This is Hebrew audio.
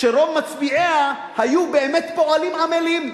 שרוב מצביעיה היו באמת פועלים עמלים.